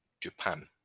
japan